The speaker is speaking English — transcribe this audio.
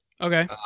Okay